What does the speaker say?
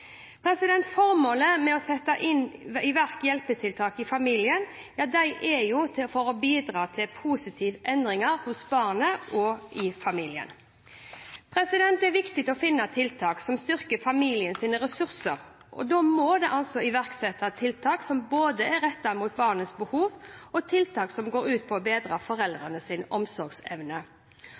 sette i verk hjelpetiltak i familien er å bidra til positiv endring hos barnet og i familien. Det er viktig å finne tiltak som styrker familiens ressurser, og da må det iverksettes både tiltak som er rettet mot barnets behov, og tiltak som går ut på å bedre foreldrenes omsorgsevne.